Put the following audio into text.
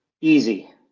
Easy